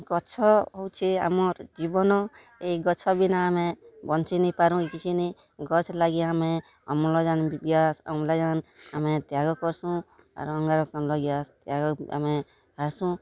ଗଛ ହେଉଛେ ଆମର୍ ଜୀବନ ଏଇ ଗଛ ବିନା ବଞ୍ଚି ନେଇଁ ପାରୁଁ କି କିଛି ନେଇଁ ଗଛ ଲାଗି ଆମେ ଅମ୍ଲଜାନ ଗ୍ୟାସ ଅମ୍ଲଜାନ ଆମେ ତ୍ୟାଗ କର୍ସୁଁ ଆର୍ ଅଙ୍ଗାର୍କାମ୍ଳ ଗ୍ୟାସ ତ୍ୟାଗ ଆମେ ହ୍ରାସୁଁ